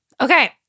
Okay